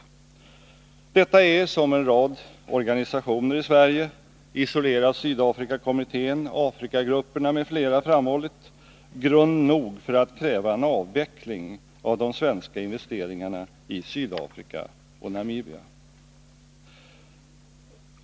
Redan detta är, som Isolera Sydafrika-kommittén, Afrikagrupperna och en rad andra organisationer i Sverige har framhållit, grund nog för att kräva en avveckling av de svenska investeringarna i Sydafrika och Namibia.